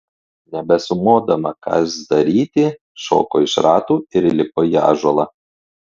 nebesumodama kas daryti šoko iš ratų ir įlipo į ąžuolą